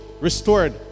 Restored